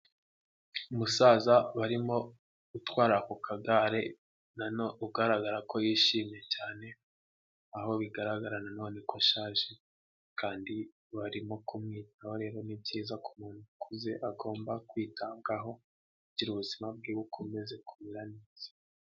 Umusaza barimo utwara ku kagare ugaragara ko yishimye cyane, aho bigaragara na none ko ashaje kandi barimo kumwitaho, rero ni byiza ku muntu ukuze agomba kwitabwaho kugira ubuzima bwe bukomeze kumera neza.